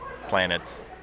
planets